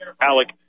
Alec